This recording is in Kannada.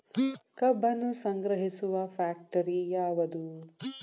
ಕಬ್ಬನ್ನು ಸಂಗ್ರಹಿಸುವ ಫ್ಯಾಕ್ಟರಿ ಯಾವದು?